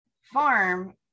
farm